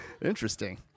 Interesting